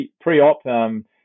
pre-op